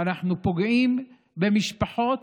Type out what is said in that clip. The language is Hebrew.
אנחנו פוגעים במשפחות